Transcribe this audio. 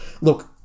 Look